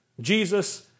Jesus